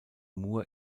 mur